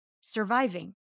surviving